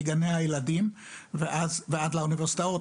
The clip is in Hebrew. זה מגני הילדים ועד לאוניברסיטאות,